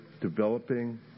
developing